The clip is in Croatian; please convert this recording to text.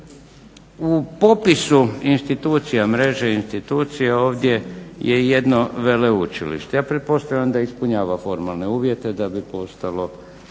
u popisu mreže institucija ovdje je jedno veleučilište. Ja pretpostavljam da ispunjava formalne uvjete da bi postalo